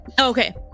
Okay